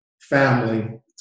family